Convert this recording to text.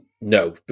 no